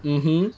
mmhmm